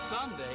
Someday